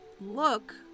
look